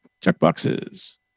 checkboxes